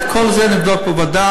את כל זה נבדוק בוועדה,